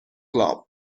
club